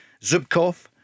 Zubkov